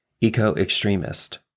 eco-extremist